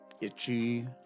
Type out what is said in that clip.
itchy